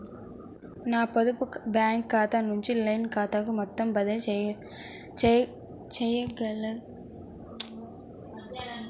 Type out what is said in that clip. నా పొదుపు బ్యాంకు ఖాతా నుంచి లైన్ ఖాతాకు మొత్తం బదిలీ చేయాలనుకుంటున్నారా?